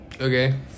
Okay